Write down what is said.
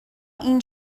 این